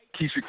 Keisha